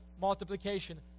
multiplication